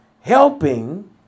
helping